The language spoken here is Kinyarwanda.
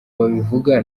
babivuga